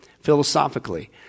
philosophically